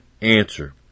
answer